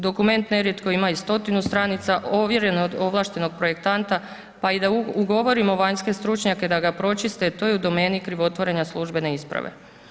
Dokument nerijetko ima i stotinu stranica, ovjereno od ovlaštenog projektanta, pa i da ugovorimo vanjske stručnjake da ga pročiste, to je u domeni krivotvorenja službene isprave.